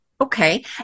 Okay